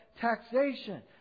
taxation